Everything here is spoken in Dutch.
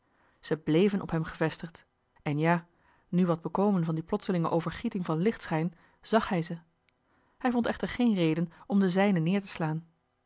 ze bléven op hem gevestigd en ja nu wat bekomen van die plotselinge overgieting van lichtschijn zàg hij ze hij vond echter geen reden om de zijne neer te slaan